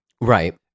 Right